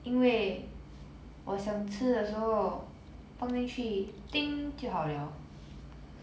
因为我想吃的时候放进去 就好了